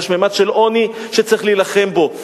יש ממד של עוני שצריכים להילחם בו,